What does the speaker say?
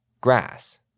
Grass